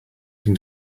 can